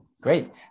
great